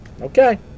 Okay